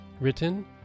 written